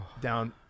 down